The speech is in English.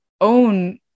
own